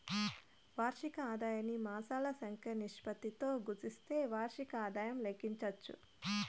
వార్షిక ఆదాయాన్ని మాసాల సంఖ్య నిష్పత్తితో గుస్తిస్తే వార్షిక ఆదాయం లెక్కించచ్చు